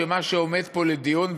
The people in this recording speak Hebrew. שמה שעומד פה לדיון,